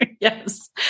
Yes